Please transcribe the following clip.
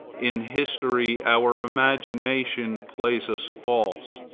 in history our imagination plays us false.